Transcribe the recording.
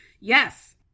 Yes